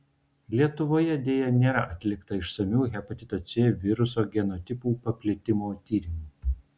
lietuvoje deja nėra atlikta išsamių hepatito c viruso genotipų paplitimo tyrimų